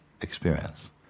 experience